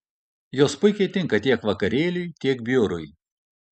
jos puikiai tinka tiek vakarėliui tiek biurui